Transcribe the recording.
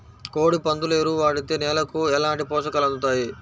కోడి, పందుల ఎరువు వాడితే నేలకు ఎలాంటి పోషకాలు అందుతాయి